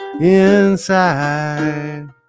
inside